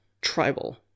tribal